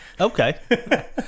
Okay